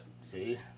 See